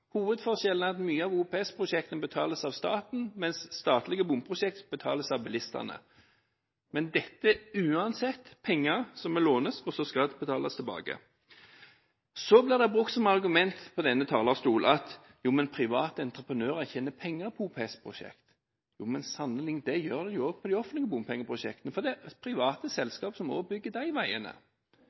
Hovedforskjellen er at mange av OPS-prosjektene betales av staten, mens statlige bompengeprosjekter betales av bilistene. Men dette er uansett penger som må lånes, og så skal det betales tilbake. Det ble fra denne talerstol brukt som argument at private entreprenører tjener jo penger på OPS-prosjekter. Men det gjør de sannelig også på de offentlige bompengeprosjektene, for det er private selskaper som også bygger disse veiene.